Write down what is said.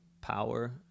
power